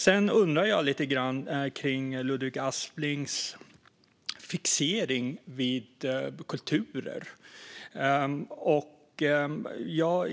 Sedan undrar jag lite över Ludvig Asplings fixering vid kulturer.